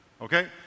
Okay